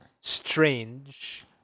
strange